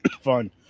fun